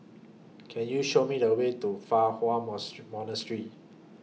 Can YOU Show Me The Way to Fa Hua Monastery